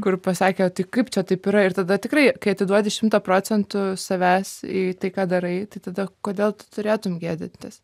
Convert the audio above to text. kur pasakė o tai kaip čia taip yra ir tada tikrai kai atiduodi šimtą procentų savęs į tai ką darai tai tada kodėl tu turėtum gėdytis